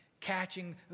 catching